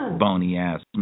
bony-ass